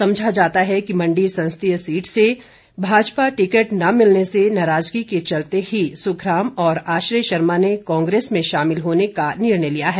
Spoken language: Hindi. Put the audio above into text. समझा जाता है कि मण्डी संसदीय सीट से भाजपा टिकट न मिलने से नाराजगी के चलते ही सुखराम और आश्रय शर्मा ने कांग्रेस में शामिल होने का निर्णय लिया है